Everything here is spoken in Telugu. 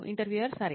ఇంటర్వ్యూయర్ సరే